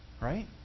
Right